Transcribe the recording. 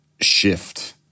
shift